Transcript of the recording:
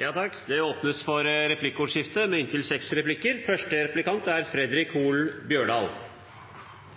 Det blir replikkordskifte. Representanten Skei Grande snakka i innlegget sitt om fridomskampar. Vi i Arbeidarpartiet er opptekne av fridom for